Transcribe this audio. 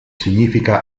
significa